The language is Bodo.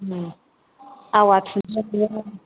उम आवा खुंदुं थुनो मोन